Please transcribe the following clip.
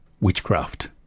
witchcraft